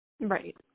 Right